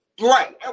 Right